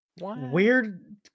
Weird